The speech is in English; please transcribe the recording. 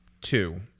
two